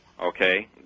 okay